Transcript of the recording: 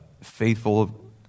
faithful